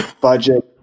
budget